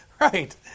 Right